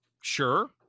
sure